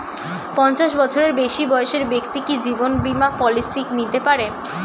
পঞ্চাশ বছরের বেশি বয়সের ব্যক্তি কি জীবন বীমা পলিসি নিতে পারে?